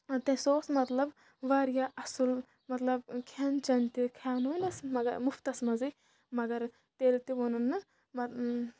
تہِ سُہ اوس مطلب واریاہ اَصٕل مطلب کھٮ۪ن چٮ۪ن تہِ کھیٛانٲنَس مگر مُفتَس منٛزٕے مگر تیٚلہِ تہِ ووٚنُن نہٕ